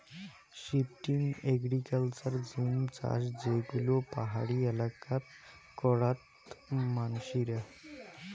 shifting agriculture জুম চাষ যে গুলো পাহাড়ি এলাকাত করাত মানসিরা